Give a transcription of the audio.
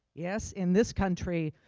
yes in this country,